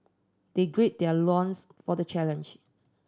they gird their loins for the challenge